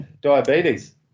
diabetes